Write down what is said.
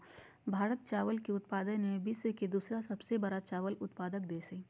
भारत चावल के उत्पादन में विश्व के दूसरा सबसे बड़ा चावल उत्पादक देश हइ